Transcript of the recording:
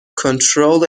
control